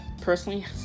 personally